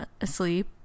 asleep